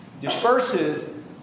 disperses